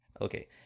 Okay